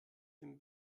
dem